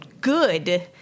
good